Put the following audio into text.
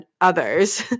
others